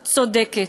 צודקת,